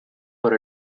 for